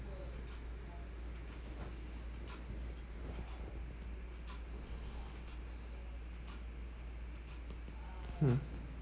mm